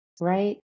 right